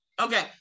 Okay